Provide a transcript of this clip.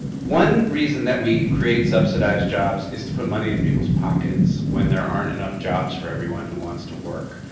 one reason that we create subsidized jobs is to put money in people's pockets when there aren't enough jobs for everyone who wants to work.